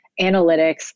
analytics